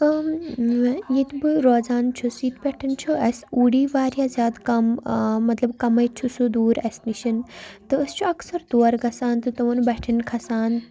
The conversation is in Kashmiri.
ییٚتہِ بہٕ روزان چھُس ییٚتہِ پٮ۪ٹھ چھُ اَسہِ اوٗڑی واریاہ زیادٕ کَم مطلب کَمٕے چھُ سُہ دوٗر اَسہِ نِش تہٕ أسۍ چھُ اکثر تور گژھان تہٕ تِمَن بَٹھَٮ۪ن کھَسان